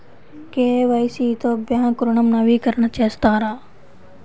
KYC తో bank ఋణం నవీకరణ చేస్తారా?